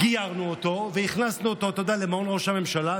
גיירנו אותו והכנסנו אותו למעון ראש הממשלה,